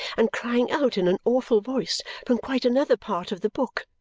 and crying out in an awful voice from quite another part of the book,